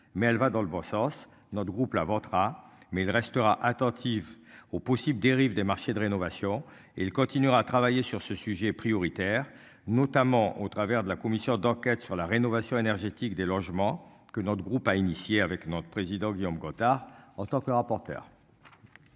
Mais elle va dans le bon sens. Notre groupe la votera mais il restera attentif aux possibles dérives des marchés de rénovation et il continuera à travailler sur ce sujet prioritaire, notamment au travers de la commission d'enquête sur la rénovation énergétique des logements que notre groupe a initié avec notre président Guillaume Gontard, en tant que rapporteur.